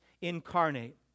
incarnate